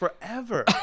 Forever